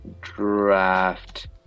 draft